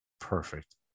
Perfect